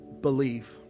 believe